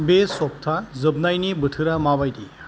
बे सप्ता जोबनायनि बोथोरा माबायदि